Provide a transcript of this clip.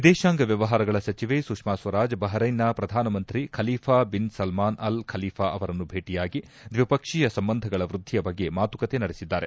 ವಿದೇಶಾಂಗ ವ್ಯವಹಾರಗಳ ಸಚಿವೆ ಸುಷ್ಮಾ ಸ್ವರಾಜ್ ಬಹರೈನ್ನ ಪ್ರಧಾನಮಂತ್ರಿ Khalifa bin Salman Al Khalifa ಅವರನ್ನು ಭೇಟಿಯಾಗಿ ದ್ವಿಪಕ್ಷೀಯ ಸಂಬಂಧಗಳ ವೃದ್ಧಿಯ ಬಗ್ಗೆ ಮಾತುಕತೆ ನಡೆಸಿದ್ದಾರೆ